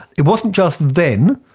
it wasn't just then.